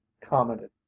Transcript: commented